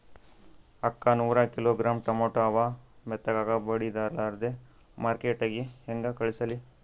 ಅಕ್ಕಾ ನೂರ kilogram tomato ಅವ, ಮೆತ್ತಗಬಡಿಲಾರ್ದೆ ಮಾರ್ಕಿಟಗೆ ಹೆಂಗ ಕಳಸಲಿ?